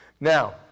Now